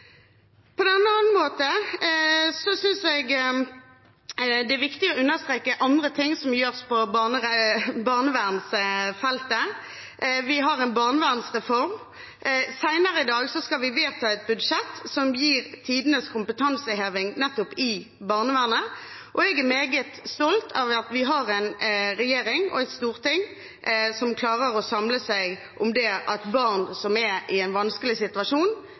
har en barnevernsreform. Senere i dag skal vi vedta et budsjett som gir tidenes kompetanseheving nettopp i barnevernet. Og jeg er meget stolt over at vi har en regjering og et storting som klarer å samle seg om at barn som er i en vanskelig situasjon,